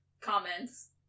comments